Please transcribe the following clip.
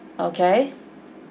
okay